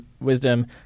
Wisdom